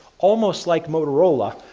almost like motorola,